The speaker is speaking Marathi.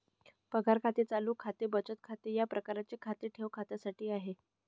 पगार खाते चालू खाते बचत खाते या प्रकारचे खाते ठेव खात्यासाठी आहे